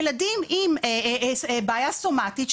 ילדים עם בעיה סומטית,